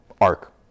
arc